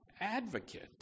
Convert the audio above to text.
advocate